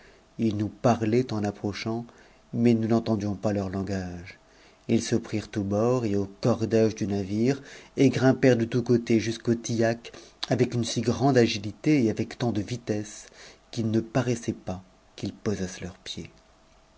ils nous parlaient en appro m mais nous n'entendions pas leur langage ils se prirent aux bords t aux cordages du navire et grimpèrent de tous côtés jusqu'au tillac avec si grande agilité et avec tant de vitesse qu'il ne paraissait pas qu'ils t'osassent leurs pieds